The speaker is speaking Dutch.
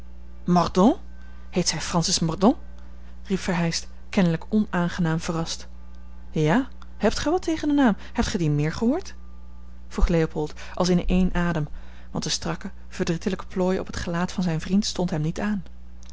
mordaunt heet zij francis mordaunt riep verheyst kennelijk onaangenaam verrast ja hebt gij wat tegen den naam hebt gij dien meer gehoord vroeg leopold als in één adem want de strakke verdrietelijke plooi op het gelaat van zijn vriend stond hem niet aan